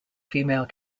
female